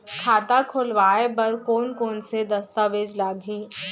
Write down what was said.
खाता खोलवाय बर कोन कोन से दस्तावेज लागही?